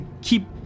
keep